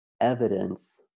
evidence